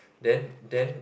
then then